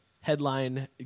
headline